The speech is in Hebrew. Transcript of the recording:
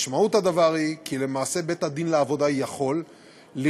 משמעות הדבר היא כי למעשה בית-הדין לעבודה יכול לראות